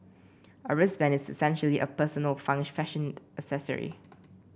a wristband is essentially a personal fashion accessory